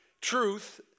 Truth